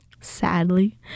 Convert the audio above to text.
sadly